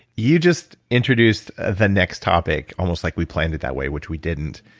you just introduced the next topic, almost like we planned it that way, which we didn't.